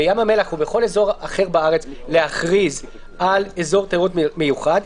בים המלח ובכל אזור אחר בארץ להכריז על אזור תיירות מיוחד,